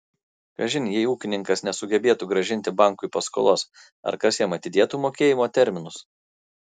kažin jei ūkininkas nesugebėtų grąžinti bankui paskolos ar kas jam atidėtų mokėjimo terminus